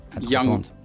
young